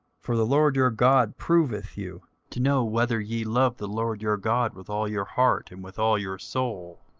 for the lord your god proveth you, to know whether ye love the lord your god with all your heart and with all your soul.